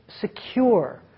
secure